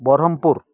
Berhampur